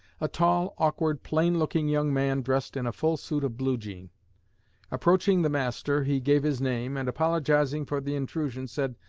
a tall, awkward, plain-looking young man dressed in a full suit of blue jean approaching the master, he gave his name, and, apologizing for the intrusion, said,